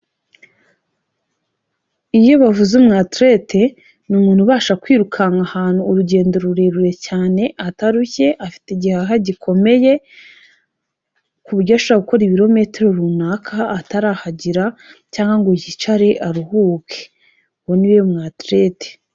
Iyo bavuze umwaterete, ni umuntu ubasha kwirukanwa ahantu urugendo rurerure cyane atarushye afite igihaha gikomeye, ku buryo ashobora gukora ibirometero runaka atarahagira cyangwa ngo yicare aruhuke. Uwo ni we mwaterete.